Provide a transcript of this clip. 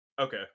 okay